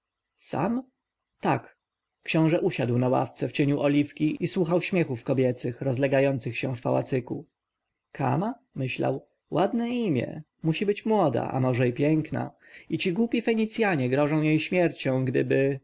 sam tak książę usiadł na ławce w cieniu oliwki i słuchał śmiechów kobiecych rozlegających się w pałacyku kama myślał ładne imię musi być młoda a może jest piękna i ci głupi fenicjanie grożą jej śmiercią gdyby